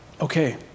okay